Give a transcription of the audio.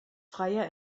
freier